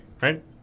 right